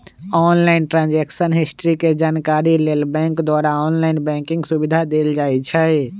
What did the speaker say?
online transaction history के जानकारी लेल बैंक द्वारा ऑनलाइन बैंकिंग सुविधा देल जाइ छइ